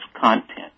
content